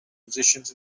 positions